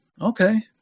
okay